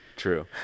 True